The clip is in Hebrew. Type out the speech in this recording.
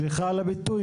סליחה על הביטוי,